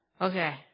Okay